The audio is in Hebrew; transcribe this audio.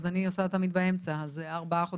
אז אני עושה תמיד באמצע ארבעה חודשים.